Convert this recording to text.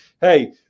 hey